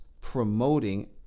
promoting